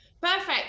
Perfect